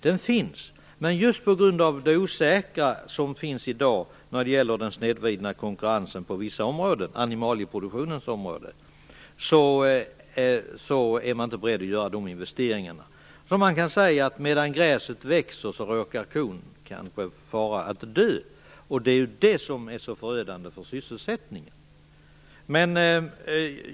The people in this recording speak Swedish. Den finns, men just på grund av det osäkra som finns i dag när det gäller den snedvridna konkurrensen på vissa områden, t.ex. animalieproduktionens område, är man inte beredd att göra investeringar. Man kan säga att medan gräset gror råkar kanske kon dö, och det är förödande för sysselsättningen.